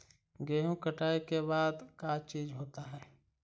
गेहूं कटाई के बाद का चीज होता है?